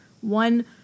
One